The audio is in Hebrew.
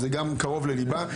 שזה גם קרוב לליבה,